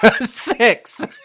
six